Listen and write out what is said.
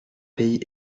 pays